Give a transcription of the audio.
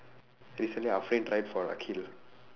recently tried for akhil